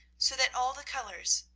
so that all the colours,